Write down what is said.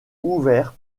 ouvert